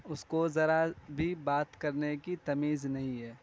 اس کو ذرا بھی بات کرنے کی تمیز نہیں ہے